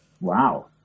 Wow